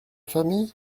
famille